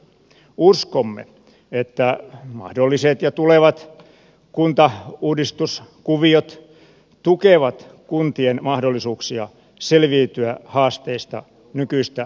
uskomme että mahdolliset ja tulevat kuntauudistuskuviot tukevat kuntien mahdollisuuksia selviytyä haasteistaan nykyistä paremmin